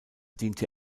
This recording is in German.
diente